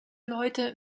leute